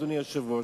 אדוני היושב-ראש,